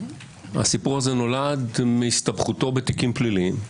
הסיפור הזה נולד מהסתבכותו בתיקים פליליים.